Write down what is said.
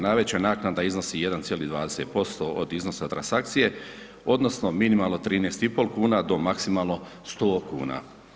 Najveća naknada iznosi 1,20% od iznosa transakcije odnosno minimalno 13,5 kuna do maksimalno 100 kuna.